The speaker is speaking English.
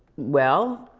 well,